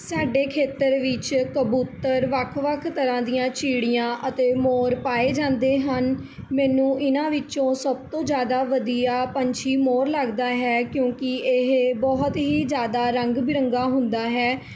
ਸਾਡੇ ਖੇਤਰ ਵਿੱਚ ਕਬੂਤਰ ਵੱਖ ਵੱਖ ਤਰ੍ਹਾਂ ਦੀਆਂ ਚਿੜੀਆਂ ਅਤੇ ਮੋਰ ਪਾਏ ਜਾਂਦੇ ਹਨ ਮੈਨੂੰ ਇਹਨਾਂ ਵਿੱਚੋਂ ਸਭ ਤੋਂ ਜ਼ਿਆਦਾ ਵਧੀਆ ਪੰਛੀ ਮੋਰ ਲੱਗਦਾ ਹੈ ਕਿਉਂਕਿ ਇਹ ਬਹੁਤ ਹੀ ਜ਼ਿਆਦਾ ਰੰਗ ਬਿਰੰਗਾ ਹੁੰਦਾ ਹੈ